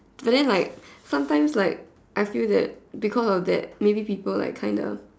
but then like sometimes like I feel that because of that maybe people like kinda